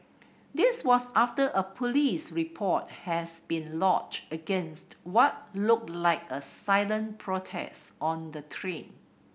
this was after a police report has been lodged against what looked like a silent protest on the train